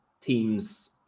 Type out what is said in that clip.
teams